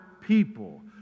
people